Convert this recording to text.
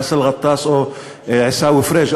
באסל גטאס או עיסאווי פריג'?